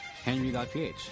Henry.ph